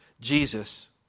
Jesus